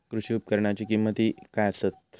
कृषी उपकरणाची किमती काय आसत?